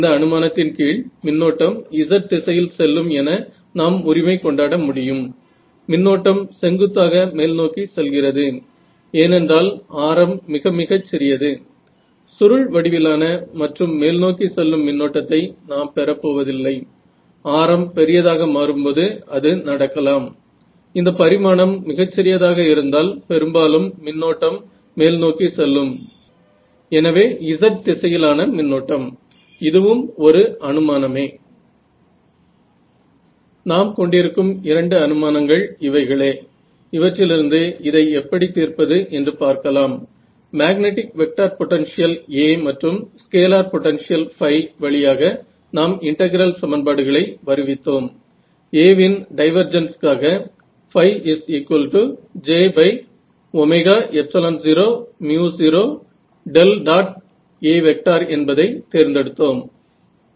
तर तुम्हाला fancy data analytics आणि ऑप्टिमाइझेशन मशीन लर्निंग ची माहिती आहे जिथे तुम्ही एक चांगलं उत्तर मिळण्यासाठी हे सगळं टाकू शकता आणि हे तुम्हाला दाखवून देतं की फक्त CEM या समस्ये साठी पुरेसं नाही आहे